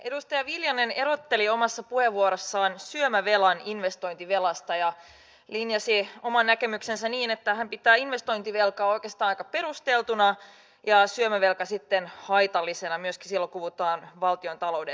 edustaja viljanen erotteli omassa puheenvuorossaan syömävelan investointivelasta ja linjasi oman näkemyksensä niin että hän pitää investointivelkaa oikeastaan aika perusteltuna ja syömävelkaa sitten haitallisena myöskin silloin puhutaan valtiontaloudesta